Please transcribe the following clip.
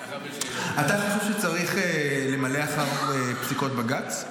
אתה חושב שצריך למלא אחר פסיקות בג"ץ?